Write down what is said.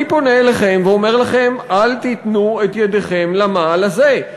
אני פונה אליכם ואומר לכם: אל תיתנו את ידיכם למעל הזה.